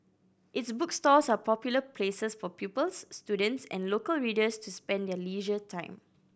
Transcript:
its bookstores are popular places for pupils students and local readers to spend their leisure time